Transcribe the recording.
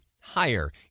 higher